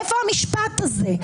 איפה המשפט הזה?